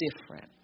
different